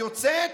היוצאת,